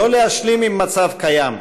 לא להשלים עם מצב קיים,